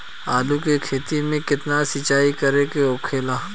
आलू के खेती में केतना सिंचाई करे के होखेला?